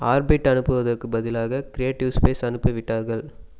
orbit அனுப்புவதற்குப் பதிலாக creative space அனுப்பிவிட்டார்கள்